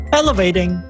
elevating